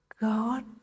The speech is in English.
God